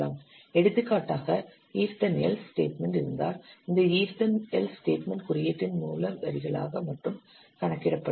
எடுத்துக்காட்டாக if then else statement இருந்தால் இந்த இஃப் தென் எல்ஸ் ஸ்டேட்மெண்ட் குறியீட்டின் மூல வரிகளாக மட்டுமே கணக்கிடப்படும்